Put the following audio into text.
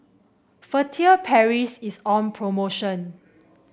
Furtere Paris is on promotion